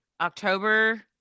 October